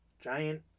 Giant